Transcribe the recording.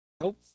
Nope